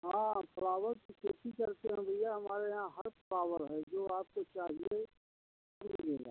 हाँ फ्लावर की खेती करते हैं भैया हमारे यहाँ हर फ्लावर है जो आपको चाहिए वह मिल जाए